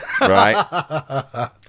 right